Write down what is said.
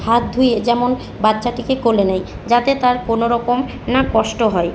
হাত ধুয়ে যেমন বাচ্চাটিকে কোলে নেয় যাতে তার কোনো রকম না কষ্ট হয়